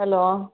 hello